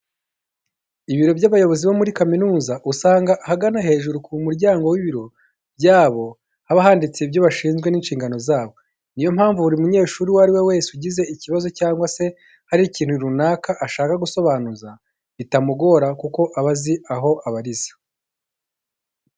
Ibiro by'abayobozi bo muri kaminuza usanga ahagana hejuru ku muryango w'ibiro byabo haba handitse ibyo bashinzwe n'inshingano zabo. Ni yo mpamvu buri munyeshuri uwo ari we wese ugize ikibazo cyangwa se hari nk'ikintu runaka ashaka gusobanuza bitamugora kuko aba azi aho abariza.